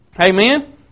Amen